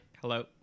Hello